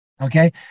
Okay